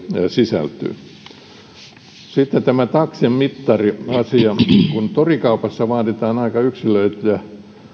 sisältyy riskiä sitten tämä taksin mittariasia kun torikaupassa vaaditaan aika yksilöityjä